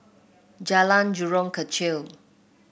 Jalan Jurong Kechil